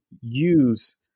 use